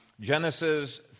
Genesis